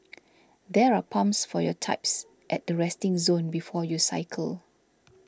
there are pumps for your types at the resting zone before you cycle